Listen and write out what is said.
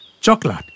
Chocolate